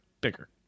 bigger